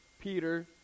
Peter